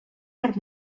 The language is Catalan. per